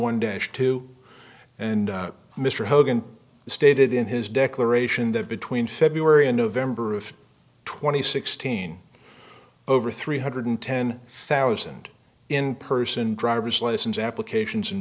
one day two and mr hogan stated in his declaration that between february and november of twenty sixteen over three hundred ten thousand in person driver's license applications